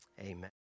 amen